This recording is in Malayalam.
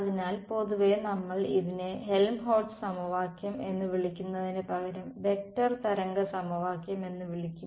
അതിനാൽ പൊതുവെ നമ്മൾ ഇതിനെ Helmholtz സമവാക്യം എന്ന് വിളിക്കുന്നതിന് പകരം വെക്റ്റർ തരംഗ സമവാക്യം എന്ന് വിളിക്കും